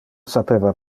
sapeva